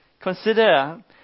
Consider